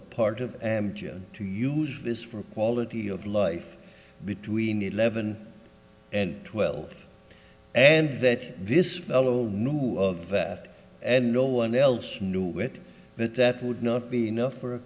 a part of and to use this for quality of life between eleven and twelve and that this fellow who of that and no one else knew it but that would not be enough for